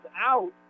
out